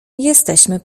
jesteśmy